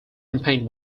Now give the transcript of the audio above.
campaign